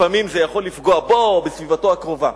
לפעמים זה יכול לפגוע בו או בסביבתו הקרובה,